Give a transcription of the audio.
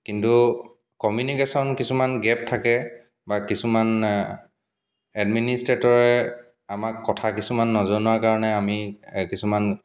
কিন্তু কমিউনিকেশ্যন কিছুমান গেপ থাকে বা কিছুমান এডমিনিষ্ট্ৰেটৰে আমাক কথা কিছুমান নজনোৱাৰ কাৰণে আমি কিছুমান